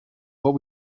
what